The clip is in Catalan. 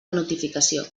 notificació